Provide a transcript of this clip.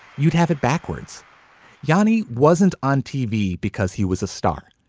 you'd have it backwards johnny wasn't on tv because he was a star.